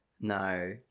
No